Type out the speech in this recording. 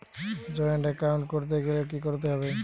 Joint account করতে গেলে কি করতে হবে?